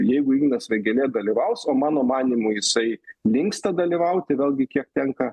jeigu ignas vėgėlė dalyvaus o mano manymu jisai linksta dalyvauti vėlgi kiek tenka